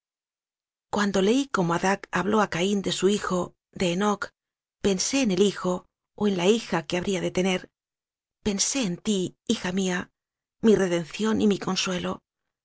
cuando leí cómo adah habló a caín de su hijo de enoc pensé en el hijo o en la hija que habría de tener penséenti hija mía mi redención y mi consuelo